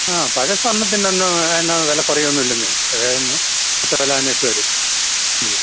ആ പഴയ സ്വർണത്തിന് എന്നാ വില കുറയത്തൊന്നുമില്ലെന്നേ പഴയ വില തന്നെ ഇപ്പോഴത്തെ വില തന്നെ ഇട്ടു തരും മ്മ്